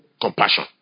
compassion